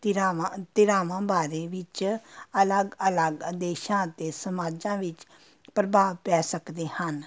ਧਿਰਾਵਾਂ ਧਿਰਾਵਾਂ ਬਾਰੇ ਵਿੱਚ ਅਲੱਗ ਅਲੱਗ ਦੇਸ਼ਾਂ ਅਤੇ ਸਮਾਜਾਂ ਵਿੱਚ ਪ੍ਰਭਾਵ ਪੈ ਸਕਦੇ ਹਨ